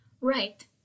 Right